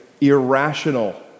Irrational